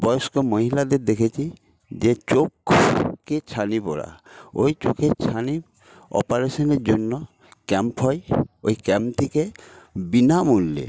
বয়স্ক মহিলাদের দেখেছি যে চোখ কে ছানি পড়া ওই চোখের ছানি অপারেশনের জন্য ক্যাম্প হয় ওই ক্যাম্পটিতে বিনামূল্যে